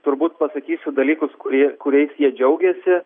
turbūt pasakysiu dalykus kurie kuriais jie džiaugiasi